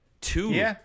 two